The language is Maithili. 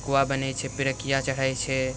ठकुआ बनै छै पिरिकिआ चढ़ै छै